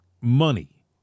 Money